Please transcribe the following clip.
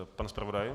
Pan zpravodaj?